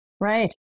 Right